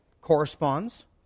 corresponds